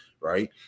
right